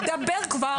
דבר כבר.